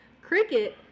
Cricket